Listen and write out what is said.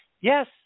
Yes